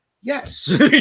yes